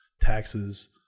taxes